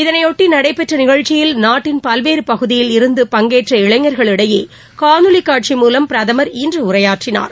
இதனையொட்டி நடைபெற்ற நிகழ்ச்சியில் நாட்டின் பல்வேறு பகுதியில் இருந்து பங்கேற்ற இளைஞர்களிடையே காணொலிக் காட்சி மூலம் பிரதமர் இன்று உரையாற்றினார்